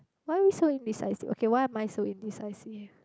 why we so indecisive okay why am I so indecisive